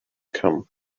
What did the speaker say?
come